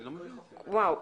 ואו.